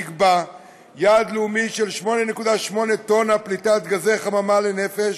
נקבע יעד לאומי של 8.8 טונות פליטת גזי חממה לנפש